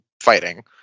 fighting